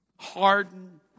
Hardened